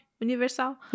universal